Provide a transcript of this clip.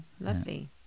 Lovely